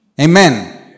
Amen